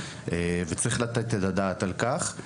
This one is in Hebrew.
וצריך לתת את הדעת על כך.